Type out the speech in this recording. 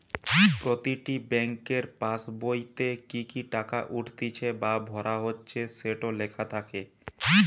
প্রতিটি বেংকের পাসবোইতে কি কি টাকা উঠতিছে বা ভরা হচ্ছে সেটো লেখা থাকে